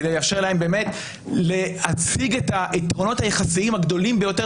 כדי לאפשר להם להציג את היתרונות היחסיים הגדולים ביותר